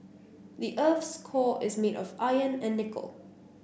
the earth's core is made of iron and nickel